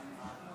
אם כן,